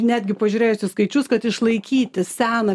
netgi pažiūrėjus į skaičius kad išlaikyti seną